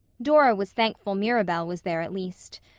dora was thankful mirabel was there, at least.